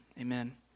amen